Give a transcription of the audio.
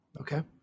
Okay